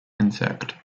insect